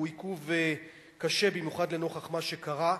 והוא עיכוב קשה במיוחד לנוכח מה שקרה.